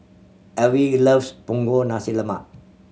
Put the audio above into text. Alvie loves Punggol Nasi Lemak